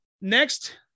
next